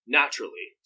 naturally